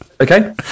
Okay